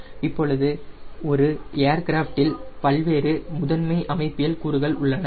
இப்பொழுது ஒரு ஏர்கிராஃப்ட் இல் பல்வேறு முதன்மை அமைப்பியல் கூறுகள் உள்ளன